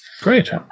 Great